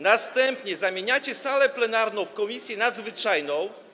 Następnie zamieniacie salę plenarną w komisję nadzwyczajną.